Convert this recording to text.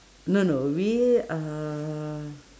no no we are